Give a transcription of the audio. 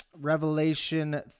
Revelation